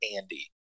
Andy